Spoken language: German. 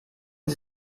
sie